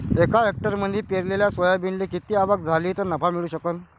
एका हेक्टरमंदी पेरलेल्या सोयाबीनले किती आवक झाली तं नफा मिळू शकन?